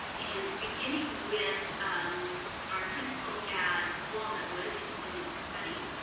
and beginning with our principal at walnutwood independent study,